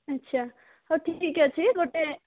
ଆଚ୍ଛା ହଉ ଠିକ୍ ଅଛି ଗୋଟେ